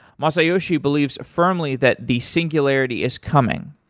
masayoshi believes firmly that the singularity is coming.